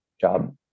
job